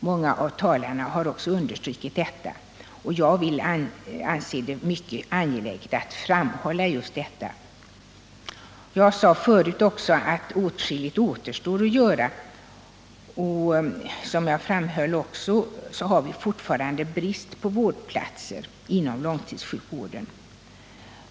Många av talarna har också understrukit detta, och jag anser det även för min del vara angeläget att göra det. Jag sade tidigare att åtskilligt återstår att göra och att vi fortfarande har en betydande brist på vårdplatser inom långtidssjukvården.